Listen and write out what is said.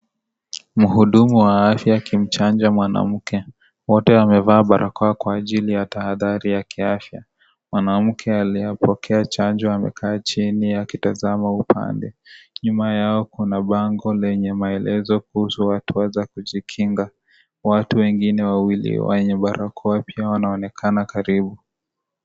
Mhudumu wa afya akimchanja mwanamke ,wotw wamevaa barakoa kwaajili ya tahadhari ya kiafya . Mwanamke aliyepolea chanjo amekaa chini yake akitazama umbali. Nyuma yao kuna bango lenye maelezo kuhusu hatha za kujikinga . Watu wengine wawili wenye barakoa pia wanaonekana karibu.